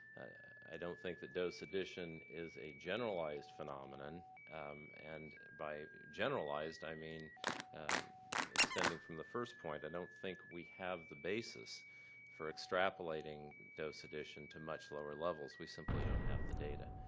i don't think the dose addition is a generalized phenomenon and by generalized i mean extending from the first point, i don't think we have the basis for extrapolating dose addition to much lower levels we simply don't have the data.